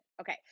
okay